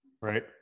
Right